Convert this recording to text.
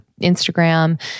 Instagram